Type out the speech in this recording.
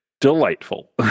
delightful